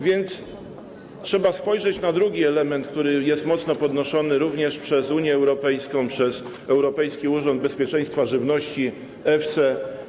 Więc trzeba spojrzeć na drugi element, który jest mocno podnoszony również przez Unię Europejską, przez Europejski Urząd Bezpieczeństwa Żywności EFSA.